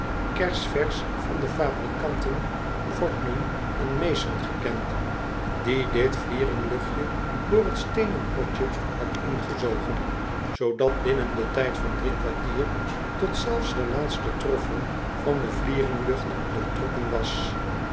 kersverseri van de fabrikanten fortnum en mason gekend die dit vlieringluchtje door t steenen potje had ingezogen zoodat binnen den tijd van drie kwartier tot zelfs de laatste troffel van de vlieringlucht doortrokken was